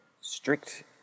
strict